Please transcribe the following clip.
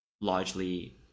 largely